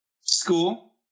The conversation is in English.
school